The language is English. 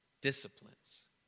disciplines